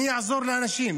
מי יעזור לאנשים?